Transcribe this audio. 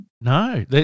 No